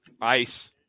ice